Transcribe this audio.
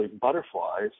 butterflies